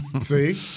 See